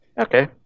Okay